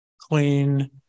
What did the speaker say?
clean